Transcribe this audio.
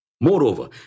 Moreover